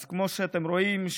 אז כמו שאתם רואים,